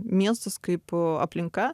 miestas kaip aplinka